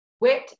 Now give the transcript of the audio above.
Wit &